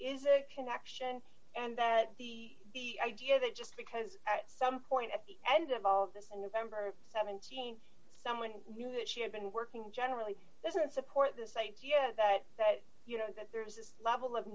is a connection and that the idea that just because at some point at the end of all of this and the member of seventeen someone who knew that she had been working generally doesn't support this idea that that you know that there was this level of